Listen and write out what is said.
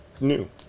new